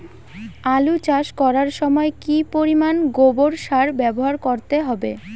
আলু চাষ করার সময় কি পরিমাণ গোবর সার ব্যবহার করতে হবে?